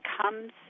comes